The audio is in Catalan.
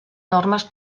normes